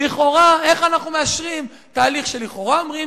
איך אנחנו מאשרים תהליך שלכאורה אומרים